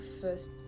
first